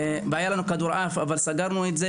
והיה לנו כדורעף אבל סגרנו את זה,